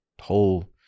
whole